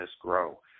grow